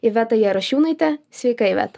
iveta jarašiūnaitė sveika iveta